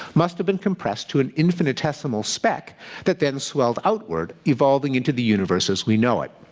must have been compressed to an infinitesimal speck that then swelled outward, evolving into the universe as we know it.